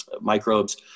microbes